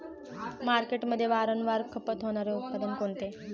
मार्केटमध्ये वारंवार खपत होणारे उत्पादन कोणते?